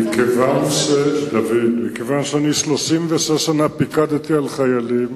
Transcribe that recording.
מכיוון שאני פיקדתי 36 שנה על חיילים